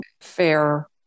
fair